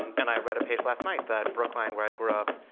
and i read a page last night that brookline, where i grew up,